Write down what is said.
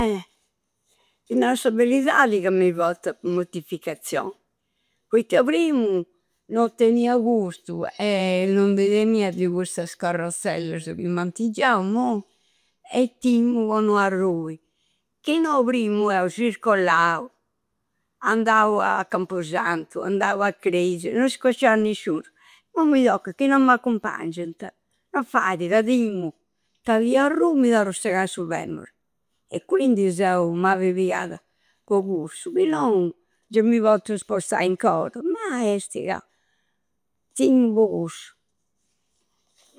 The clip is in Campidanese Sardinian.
Eh! Ti naru sa beridadi ca mi potta mortificazioi. Poitta primu, no tenia custu e non di tenedia de custas carrozzellas ca m'anti giau immoi e timmu po no arrui. Chi no, de primu circollau. Andau a campu santu, andau a cresai. No iscocciau a nisciunusu. Commu mi toccada, chi no m'accumppangianta non faidi, ca timmu! Poitta chi arrù mi torru a segai su femore. E quindi seu mabi pigada po cussu. Chi nou, già mi pozzu spostai ancora ma esti ca timmu po cussu.